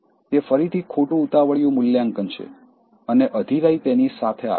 તે ફરીથી ખોટું ઉતાવળિયું મૂલ્યાંકન છે અને અધીરાઈ તેની સાથે આવે છે